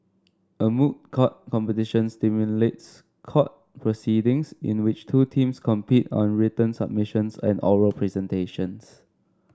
a moot court competition simulates court proceedings in which two teams compete on written submissions and oral presentations